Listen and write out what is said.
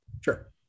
Sure